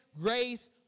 grace